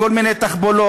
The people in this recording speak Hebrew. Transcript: בכל מיני תחבולות,